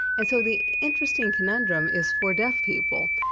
and so the interesting conundrum is for deaf people,